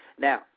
Now